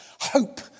hope